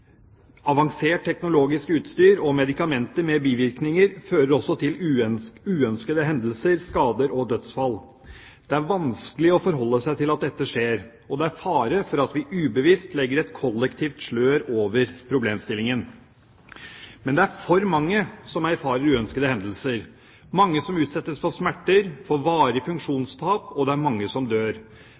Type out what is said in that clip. avansert teknologisk utstyr og medikamenter med bivirkninger fører også til uønskede hendelser, skader og dødsfall. Det er vanskelig å forholde seg til at dette skjer, og det er fare for at vi ubevisst legger et kollektivt slør over problemstillingen. Men det er for mange som erfarer uønskede hendelser, mange som utsettes for smerter, for varige funksjonstap, og det er mange som dør.